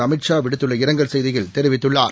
அமித் ஷா விடுத்துள்ள இரங்கல் செய்தியில் தெரிவித்துள்ளார்